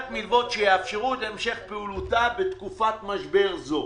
מלוות שיאפשרו את המשך פעולתה בתקופת משבר זו".